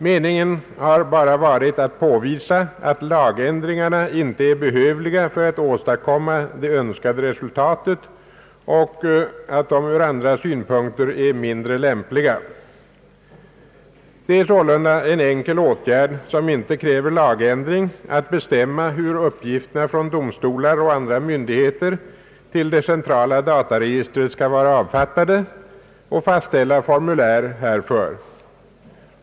Meningen har endast varit att påvisa, att lagändringarna icke är behövliga för att åstadkomma det önskade resultatet och att de ur andra synpunkter är mindre lämpliga. Det är sålunda en enkel åtgärd, som icke kräver lagändring, att bestämma hur uppgifterna från domstolar och andra myndigheter till det centrala dataregistret skall vara avfattade och att fastställa formulär härför.